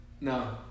No